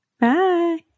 Bye